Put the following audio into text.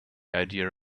idea